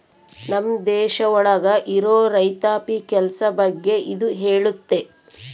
ನಮ್ ದೇಶ ಒಳಗ ಇರೋ ರೈತಾಪಿ ಕೆಲ್ಸ ಬಗ್ಗೆ ಇದು ಹೇಳುತ್ತೆ